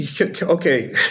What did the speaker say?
Okay